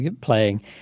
playing